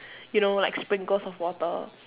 you know like sprinkles of water